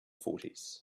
fourties